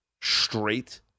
straight